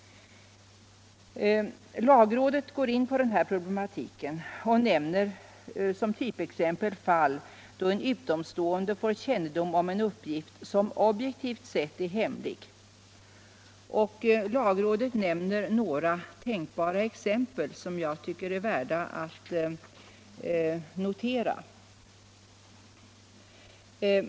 Lagrådet går in på den här problematiken och nämner som typfall att en utomstående får kännedom om en uppgift, som objektivt sett är hemlig. Lagrådet nämner några exempel, som jag tycker är värda att notera.